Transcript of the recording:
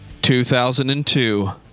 2002